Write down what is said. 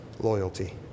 loyalty